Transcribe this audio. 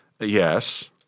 Yes